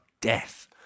death